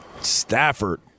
Stafford